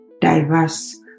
diverse